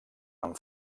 amb